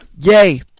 yay